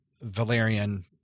Valerian